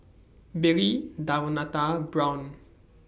Billy Davonta and Brown